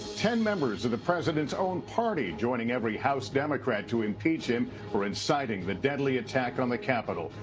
ten members of the president's own party joining every house democrat to impeach him for inciting the deadly attack on the capitol.